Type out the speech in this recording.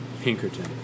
Pinkerton